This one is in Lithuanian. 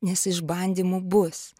nes išbandymų bus